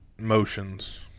Motions